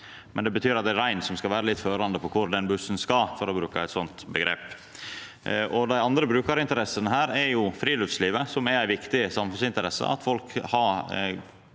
det betyr at det er reinen som skal vera førande for kor den bussen skal, for å bruka eit sånt omgrep. Ei anna brukarinteresse her er friluftslivet, som er ei viktig samfunnsinteresse.